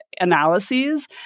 analyses